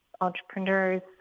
entrepreneurs